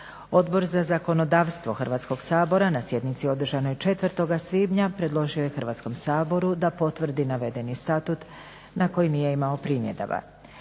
Odbor za zakonodavstvo Hrvatskog sabora na sjednici održanoj 4. svibnja predložio je Hrvatskom saboru da potvrdi navedeni Statut na koji nije imao primjedaba.